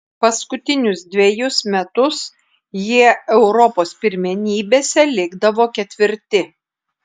paskutinius dvejus metus jie europos pirmenybėse likdavo ketvirti